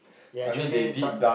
ya actually thought